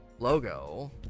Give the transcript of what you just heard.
Logo